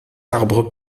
arbres